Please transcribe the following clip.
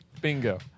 Bingo